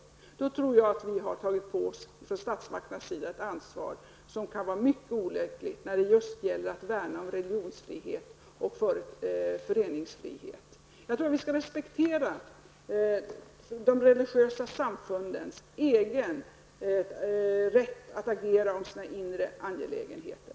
Om statsmakterna lade sig i detta tror jag att vi därmed skulle ta på oss ett ansvar som kunde vara mycket olyckligt just när det gäller att värna om religionsfrihet och föreningsfrihet. Jag tror att vi skall respektera de religiösa samfundens egen rätt att agera i fråga om inre angelägenheter.